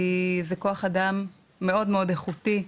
כי, זה כוח אדם מאוד מאוד איכותי,